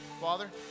Father